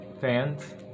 fans